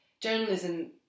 journalism